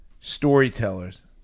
storytellers